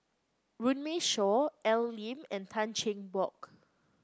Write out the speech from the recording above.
Runme Shaw Al Lim and Tan Cheng Bock